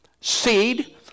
seed